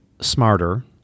smarter